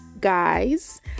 guys